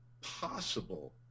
possible